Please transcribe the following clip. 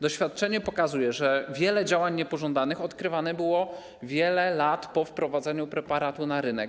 Doświadczenie pokazuje, że wiele działań niepożądanych odkrywanych było wiele lat po wprowadzeniu preparatu na rynek.